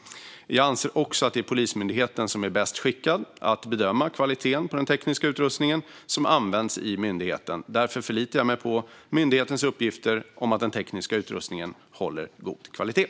Jag anser också att det är Polismyndigheten som är bäst skickad att bedöma kvaliteten på den tekniska utrustning som används i myndigheten. Därför förlitar jag mig på myndighetens uppgifter om att den tekniska utrustningen håller god kvalitet.